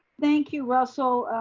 thank you, russell.